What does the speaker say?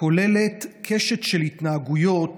כוללת קשת של התנהגויות